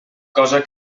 cosa